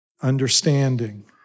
understanding